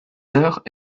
heures